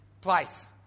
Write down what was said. place